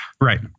Right